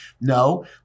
No